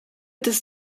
des